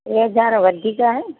टे हज़ार वधीक आहे